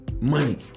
money